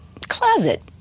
closet